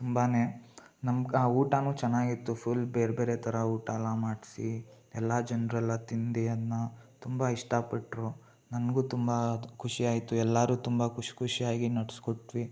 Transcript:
ತುಂಬಾ ನಮ್ಮ ಕ ಊಟನೂ ಚೆನ್ನಾಗಿತ್ತು ಫುಲ್ ಬೇರೆ ಬೇರೆ ಥರ ಊಟೆಲ್ಲ ಮಾಡಿಸಿ ಎಲ್ಲ ಜನರೆಲ್ಲ ತಿಂದು ಅದನ್ನ ತುಂಬ ಇಷ್ಟಪಟ್ಟರು ನನಗೂ ತುಂಬ ಖುಷಿಯಾಯಿತು ಎಲ್ಲರೂ ತುಂಬ ಖುಷಿ ಖುಷಿಯಾಗಿ ನಡೆಸ್ಕೊಟ್ವಿ